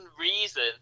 reason